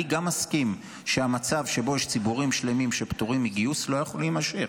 אני גם מסכים שהמצב שבו יש ציבורים שלמים שפטורים מגיוס לא יכול להימשך.